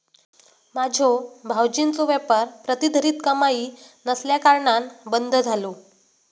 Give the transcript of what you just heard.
माझ्यो भावजींचो व्यापार प्रतिधरीत कमाई नसल्याकारणान बंद झालो